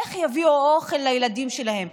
איך יביאו אוכל לילדים שלהם,